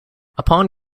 upon